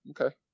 Okay